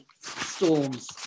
storms